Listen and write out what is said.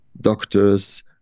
doctors